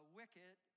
wicked